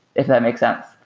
if that makes sense.